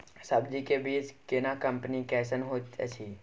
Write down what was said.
सब्जी के बीज केना कंपनी कैसन होयत अछि?